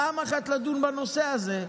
פעם אחת לדון בנושא הזה,